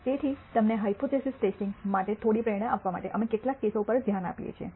તેથી તમને hypothesis testing માટે થોડી પ્રેરણા આપવા માટે અમે કેટલાક કેસો પર ધ્યાન આપીએ છીએ